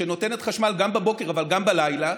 שנותנת חשמל גם בבוקר אבל גם בלילה,